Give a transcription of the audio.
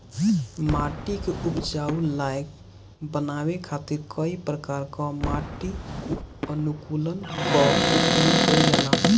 माटी के उपजाऊ लायक बनावे खातिर कई प्रकार कअ माटी अनुकूलक कअ उपयोग कइल जाला